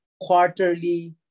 quarterly